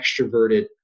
extroverted